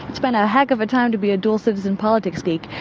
it's been a heck of a time to be a dual citizen politics geek.